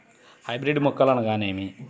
Hybrid మొక్కలు అనగానేమి?